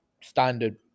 standard